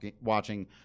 watching